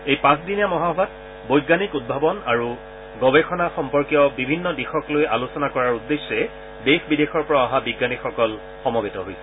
এই পাঁচদিনীয়া মহাসভাত বৈজ্ঞানিক উদ্ভাৱন আৰু গৱেষণা সম্পৰ্কীয় বিভিন্ন দিশক লৈ আলোচনা কৰাৰ উদ্দেশ্যে দেশ বিদেশৰ পৰা অহা বিজ্ঞানীসকল সমবেত হৈছে